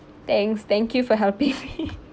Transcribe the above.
thanks thank you for helping me